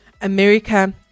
America